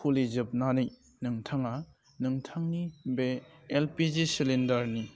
खुलिजोबनानै नोंथाङा नोंथांनि बे एलपिजि सिलिन्डारनि